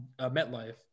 MetLife